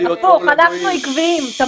אנחנו עקביים תמיד.